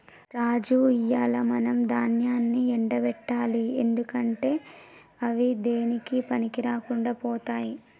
రాజు ఇయ్యాల మనం దాన్యాన్ని ఎండ పెట్టాలి లేకుంటే అవి దేనికీ పనికిరాకుండా పోతాయి